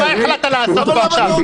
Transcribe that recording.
מה החלטת --- עכשיו?